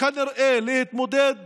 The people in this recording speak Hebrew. כנראה להתמודד